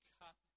cut